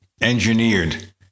engineered